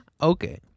Okay